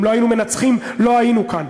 אם לא היינו מנצחים, לא היינו כאן.